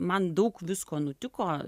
man daug visko nutiko